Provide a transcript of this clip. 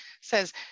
says